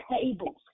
tables